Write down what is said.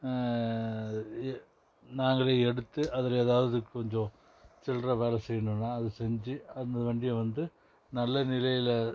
நாங்களே எடுத்து அதில் எதாவது கொஞ்சம் சில்லற வேலை செய்யணுன்னால் அதை செஞ்சு அந்த வண்டியை வந்து நல்ல நிலையில்